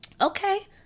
okay